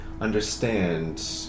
understand